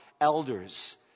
elders